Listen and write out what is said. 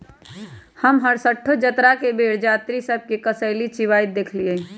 हम हरसठ्ठो जतरा के बेर जात्रि सभ के कसेली चिबाइत देखइलइ